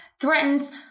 threatens